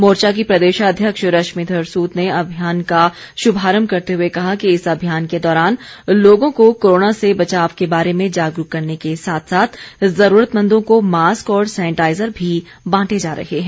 मोर्चा की प्रदेशाध्यक्ष रश्मिधर सूद ने अभियान का श्भारंभ करते हुए कहा कि इस अभियान के दौरान लोगों को कोरोना से बचाव के बारे में जागरूक करने के साथ साथ ज़रूरतमंदों को मास्क और सैनिटाईज़र भी बांटे जा रहे हैं